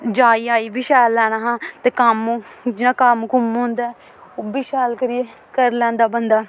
जाई आई बी शैल लैना हा ते कम्म जि'यां कम्म कुम्म होंदा ऐ ओह् बी शैल करियै करी लैंदा बंदा